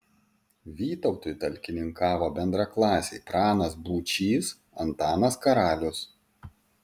vytautui talkininkavo bendraklasiai pranas būčys antanas karalius